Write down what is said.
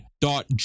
dot